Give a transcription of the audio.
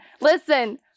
Listen